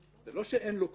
זה לא שאין לו כלום.